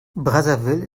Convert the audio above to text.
brazzaville